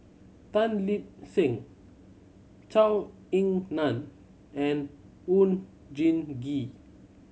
Tan Lip Seng Zhou Ying Nan and Oon Jin Gee